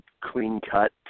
clean-cut